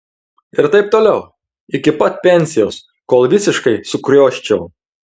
ir taip toliau iki pat pensijos kol visiškai sukrioščiau